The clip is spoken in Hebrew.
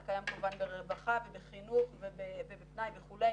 זה קיים כמובן ברווחה ובחינוך וכולי,